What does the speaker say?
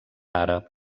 àrab